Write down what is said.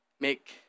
make